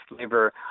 liver